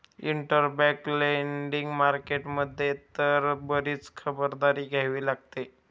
interbank lending market मध्ये तर बरीच खबरदारी घ्यावी लागते